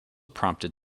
prompted